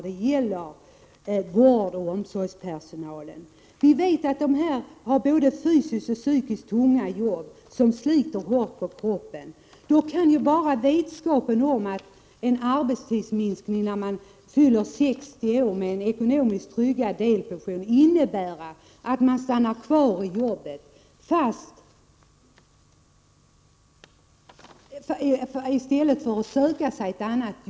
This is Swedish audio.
Den personalen har tunga jobb, både fysiskt och psykiskt, som sliter hårt på kroppen. Bara vetskapen om en arbetstidsminskning då man fyller 60 år, med en ekonomiskt tryggad delpension, kan då innebära att man stannar kvar i jobbet i stället för att söka sig något annat.